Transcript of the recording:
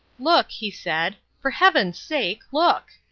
look, he said, for heaven's sake, look!